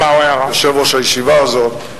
יושב-ראש הישיבה הזו,